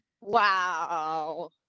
wow